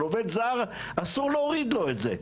אבל עובד זר אסור להוריד לו את זה.